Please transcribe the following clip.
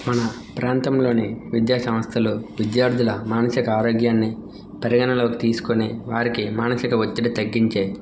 మన ప్రాంతంలోని విద్యాసంస్థలు విద్యార్థుల మానసిక ఆరోగ్యాన్ని పరిగణలోకి తీసుకొని వారికి మానసిక ఒత్తిడి తగ్గించే